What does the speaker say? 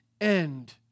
end